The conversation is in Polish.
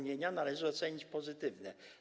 Należy to ocenić pozytywnie.